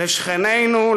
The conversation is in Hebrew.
לשכנינו,